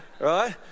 right